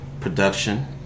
production